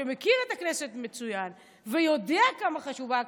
שמכיר את הכנסת מצוין ויודע כמה חשובה הכנסת,